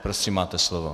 Prosím, máte slovo.